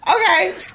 Okay